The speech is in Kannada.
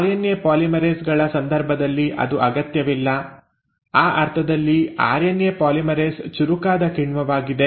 ಆರ್ಎನ್ಎ ಪಾಲಿಮರೇಸ್ ಗಳ ಸಂದರ್ಭದಲ್ಲಿ ಅದು ಅಗತ್ಯವಿಲ್ಲ ಆ ಅರ್ಥದಲ್ಲಿ ಆರ್ಎನ್ಎ ಪಾಲಿಮರೇಸ್ ಚುರುಕಾದ ಕಿಣ್ವವಾಗಿದೆ